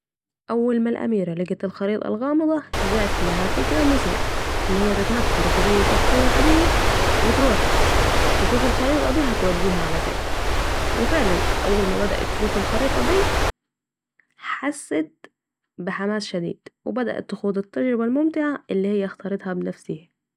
اول ما الاميرة لقيت الخطريه الغامضه جات لها فكرة مثيره ، أن هي تتنكر في زي شخصيه عاديه و تروح تشوف الخريطة دي هتوديها على فين ، و فعلاً أول ما بدأت تشوف الخريطة دي حسيت بحماس شديد و بدأت تخوض التجربه الممتعه الي هي اختارت تخوضها بنفسيها